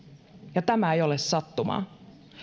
ja tämä ei ole sattumaa